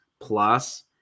plus